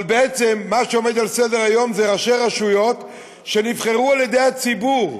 אבל בעצם מה שעומד על סדר-היום זה ראשי רשויות שנבחרו על-ידי הציבור,